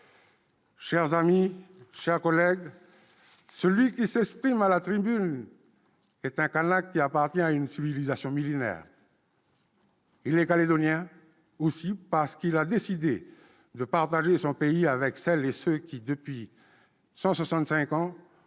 Chers amis, chers collègues, celui qui s'exprime à la tribune est un Kanak, qui appartient à une civilisation millénaire. Il est calédonien, aussi, parce qu'il a décidé de partager son pays avec celles et ceux qui, depuis 165 ans,